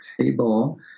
table